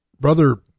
Brother